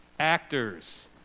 Actors